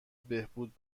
بهبود